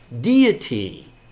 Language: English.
deity